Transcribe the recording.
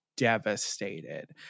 Devastated